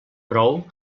prou